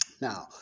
Now